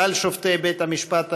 כלל שופטי בית-המשפט העליון,